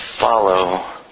follow